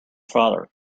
father